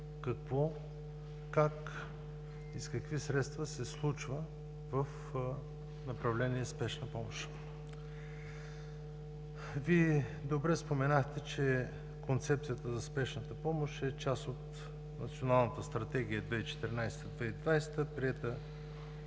какво, как и с какви средства се случва в направление „Спешна помощ“. Вие добре споменахте, че Концепцията за спешната помощ е част от Националната стратегия 2014 – 2020, приета